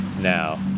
now